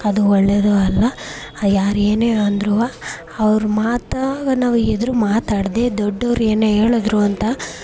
ಅದು ಒಳ್ಳೆಯದೂ ಅಲ್ಲ ಯಾರು ಏನೇ ಅಂದ್ರೂ ಅವ್ರ ಮಾತು ಆಗ ನಾವು ಎದ್ರು ಮಾತಾಡದೇ ದೊಡ್ಡವರು ಏನೇ ಹೇಳಿದ್ರು ಅಂತ